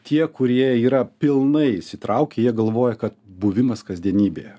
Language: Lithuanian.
tie kurie yra pilnai įsitraukę jie galvoja kad buvimas kasdienybėje